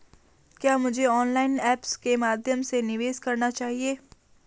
क्या मुझे online apps के माध्यम से निवेश करना चाहिए?